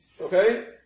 Okay